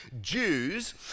Jews